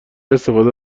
استفاده